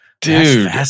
Dude